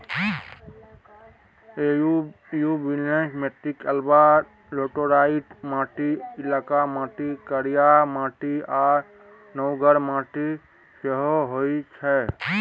एलुयुबियल मीटिक अलाबा लेटेराइट माटि, ललका माटि, करिया माटि आ नुनगर माटि सेहो होइ छै